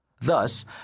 Thus